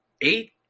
eight